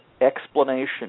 explanation